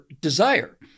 desire